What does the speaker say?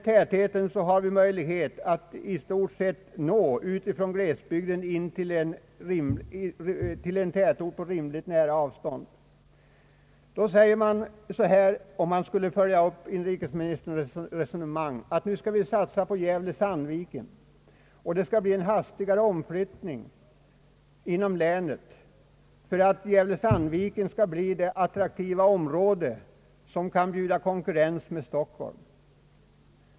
Tätheten i detta nät av orter gör att människorna i glesbygderna har en centralort på rimligt avstånd. Om man skall följa upp inrikesministerns resonemang, måste man verka för en hastigare omflyttning inom länet i syfte att göra Gävle-Sandviken till ett attraktivt område som kan konkurrera med Stockholm.